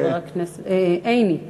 עיני.